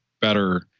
better